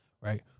Right